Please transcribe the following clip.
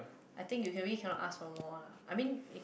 I think you can we cannot ask for more lah I mean